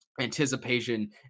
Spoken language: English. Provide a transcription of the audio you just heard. anticipation